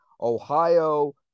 Ohio